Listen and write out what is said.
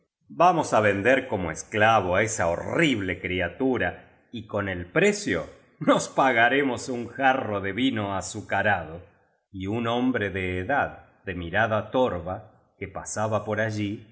vamos á vender como esclavo á esa horrible criatura y con el precio nos pagaremos un jarro de vino azucarado y un hombre de edad de mirada torva que pasaba por allí